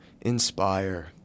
inspire